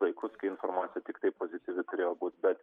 laikus kai informacija tiktai pozityvi turėjo būt bet